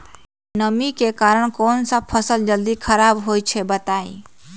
नमी के कारन कौन स फसल जल्दी खराब होई छई बताई?